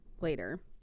later